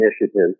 initiative